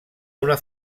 una